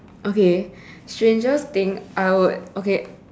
okay strangest thing I would okay